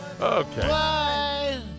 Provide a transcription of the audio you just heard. Okay